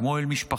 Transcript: כמו אל משפחה.